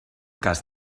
cas